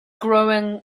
growing